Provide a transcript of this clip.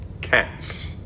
cats